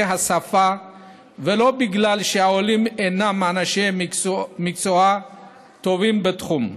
השפה ולא בגלל שהעולים אינם אנשי מקצוע טובים בתחומם.